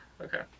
Okay